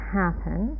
happen